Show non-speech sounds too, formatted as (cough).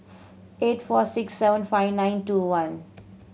(noise) eight four six seven five nine two one